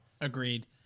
Agreed